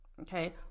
okay